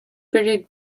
buried